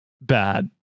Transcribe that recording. bad